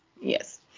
Yes